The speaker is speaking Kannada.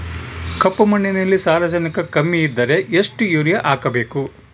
ಕಪ್ಪು ಮಣ್ಣಿನಲ್ಲಿ ಸಾರಜನಕ ಕಮ್ಮಿ ಇದ್ದರೆ ಎಷ್ಟು ಯೂರಿಯಾ ಹಾಕಬೇಕು?